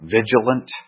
Vigilant